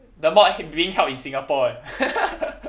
the mod being held in singapore eh